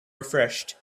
refreshed